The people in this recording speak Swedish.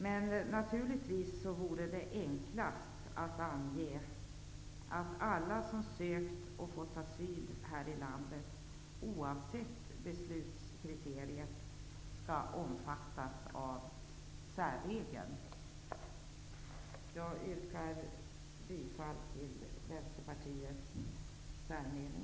Men naturligtvis vore det enklast att ange att alla som sökt och fått asyl här i landet, oavsett beslutskriteriet, skall omfattas av särregeln. Jag yrkar bifall till Vänsterpartiets särmening.